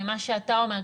ממה שאתה אומר,